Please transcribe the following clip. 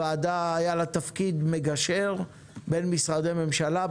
לוועדה היה תפקיד מגשר בין משרדי ממשלה,